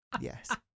Yes